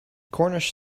cornish